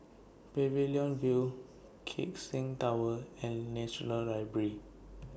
Pavilion View Keck Seng Tower and National Library